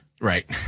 Right